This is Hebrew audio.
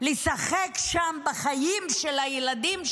לשחק שם בחיים של הילדים שלנו,